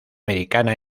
americana